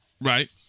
Right